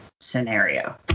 scenario